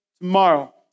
tomorrow